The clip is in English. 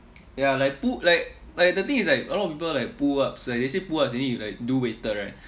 ya like pull like like the thing is like a lot of people like pull ups right they say pull ups you need to like do weighted right